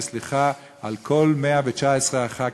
וסליחה על כל 119 הח"כים,